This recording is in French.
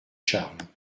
charles